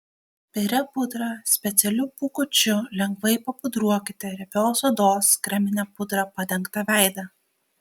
biria pudra specialiu pūkučiu lengvai papudruokite riebios odos kremine pudra padengtą veidą